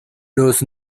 los